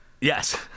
Yes